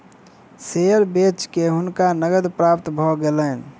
share बेच के हुनका नकद प्राप्त भ गेलैन